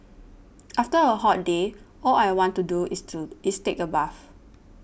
after a hot day all I want to do is to is take a bath